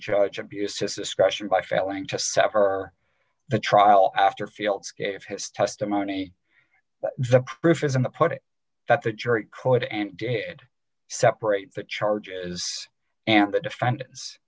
judge abuse cisco question by failing to sever the trial after fields gave his testimony the proof is in the put it that the jury could and did separate the charges and the defendant